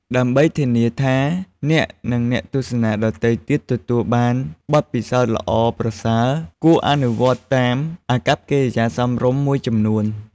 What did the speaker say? ដើម្បីធានាថាអ្នក និងអ្នកទស្សនាដទៃទៀតទទួលបានបទពិសោធន៍ល្អប្រសើរ គួរអនុវត្តតាមអាកប្បកិរិយាសមរម្យមួយចំនួន។